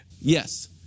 Yes